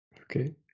Okay